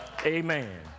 Amen